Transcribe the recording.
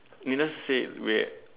we must say we're